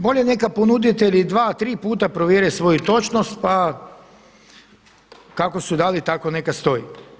Bolje neka ponuditelji dva, tri puta provjere svoju točnost pa kako su dali, tako neka stoji.